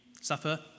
suffer